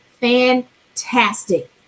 Fantastic